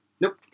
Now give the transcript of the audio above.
Nope